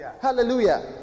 Hallelujah